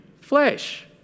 flesh